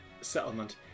settlement